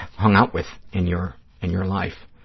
hung out with in your and your life.